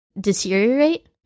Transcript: deteriorate